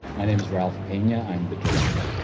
my name is ralph pena. i'm the director.